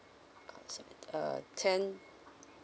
uh sorry uh ten